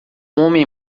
homem